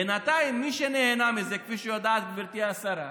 בינתיים, מי שנהנה מזה, כפי שיודעת גברתי השרה,